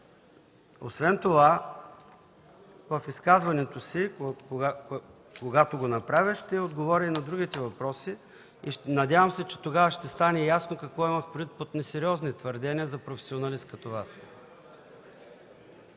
Освен това в изказването си, когато го направя, ще отговоря и на другите въпроси. Надявам се, че тогава ще стане ясно какво имах предвид под несериозни твърдения за професионалист като Вас.